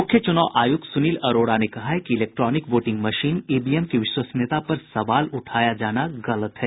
मुख्य चुनाव आयुक्त सुनील अरोड़ा ने कहा है कि इलेक्ट्रॉनिक वोटिंग मशीन ईवीएम की विश्वसनीयता पर सवाल उठाया जाना गलत है